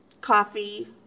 coffee